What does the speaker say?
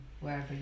wherever